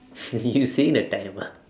you seeing the time ah